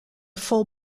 full